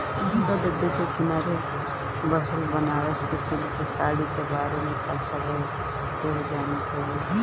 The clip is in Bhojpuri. गंगा नदी के किनारे बसल बनारस के सिल्क के साड़ी के बारे में त सभे केहू जानत होई